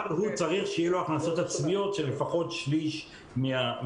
אבל הוא צריך שיהיו לו הכנסות עצמיות של לפחות שליש מהכנסותיו.